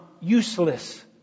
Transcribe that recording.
useless